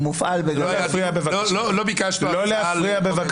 בבקשה לא להפריע.